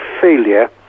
failure